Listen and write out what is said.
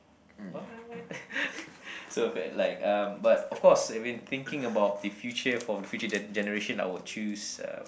what so if it like um but of course if been thinking about the future for the future gen~ generation I would choose uh